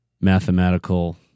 mathematical